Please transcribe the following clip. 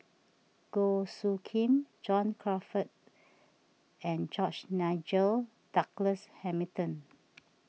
Goh Soo Khim John Crawfurd and George Nigel Douglas Hamilton